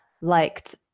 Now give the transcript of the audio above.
liked